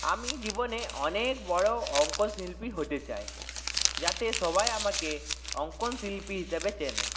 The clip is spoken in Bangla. আমি জীবনে অনেক বড়ো অঙ্কনশিল্পী হতে চাই যাতে সবাই আমাকে অঙ্কনশিল্পী হিসাবে চেনে